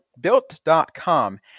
Built.com